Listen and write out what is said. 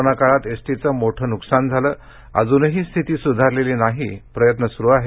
corona काळात एसटीचं मोठं नुकसान झालं अजूनही स्थिती सुधारलेली नाही प्रयत्न सुरू आहेत